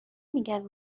میگن